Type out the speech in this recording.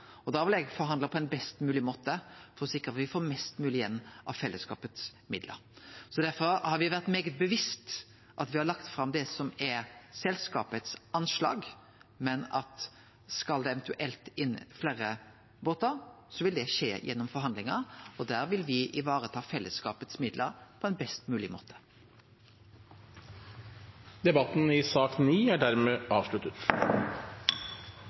og da vil eg forhandle på ein best mogleg måte for å sikre at me får mest mogleg igjen av fellesskapets midlar. Derfor har me vore svært bevisste på å leggje fram det som er anslaget til selskapet, men skal det eventuelt inn fleire båtar, vil det skje gjennom forhandlingar, og der vil me vareta midlane til fellesskapet på ein best mogleg måte. Flere har ikke bedt om ordet til sak